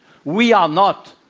we are not